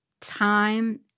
time